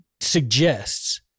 suggests